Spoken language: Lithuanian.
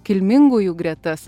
kilmingųjų gretas